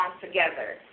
together